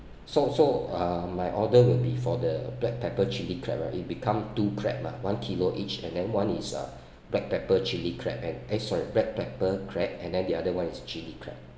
so so uh my order will be for the black pepper chili crab right will become two crab mah one kilo each and then one is a black pepper chili crab and eh black pepper crab and then the other [one] is chili crab